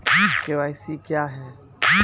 KYC क्या हैं?